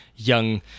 young